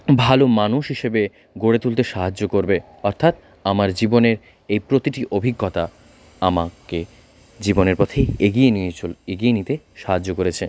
ভালো মানুষ হিসেবে গড়ে তুলতে সাহায্য করবে অর্থাৎ আমার জীবনের এই প্রতিটি অভিজ্ঞতা আমাকে জীবনের পথে এগিয়ে নিয়ে এগিয়ে নিতে সাহায্য করেছে